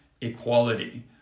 equality